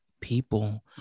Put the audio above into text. people